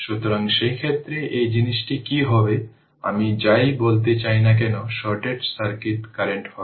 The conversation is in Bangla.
সুতরাং সেই ক্ষেত্রে এই জিনিসটি কি হবে আমি যাই বলতে চাই না কেন শর্ট সার্কিট কারেন্ট হবে